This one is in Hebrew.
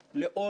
תודה רבה לכם,